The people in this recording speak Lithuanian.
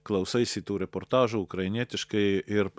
klausaisi tų reportažų ukrainietiškai ir